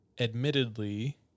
admittedly